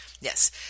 Yes